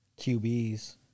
QBs